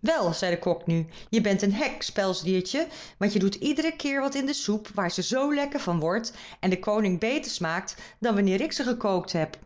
wèl zei de kok nu je bent een heks pelsdiertje want je doet iedere keer wat in de soep waar ze zoo lekker van wordt en de koning beter smaakt dan wanneer ik ze gekookt heb